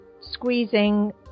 squeezing